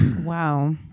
Wow